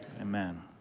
amen